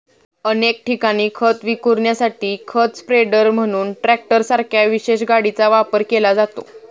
अनेक ठिकाणी खत विखुरण्यासाठी खत स्प्रेडर म्हणून ट्रॅक्टरसारख्या विशेष गाडीचा वापर केला जातो